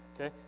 okay